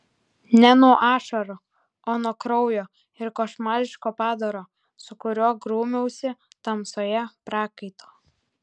ne nuo ašarų o nuo kraujo ir košmariško padaro su kuriuo grūmiausi tamsoje prakaito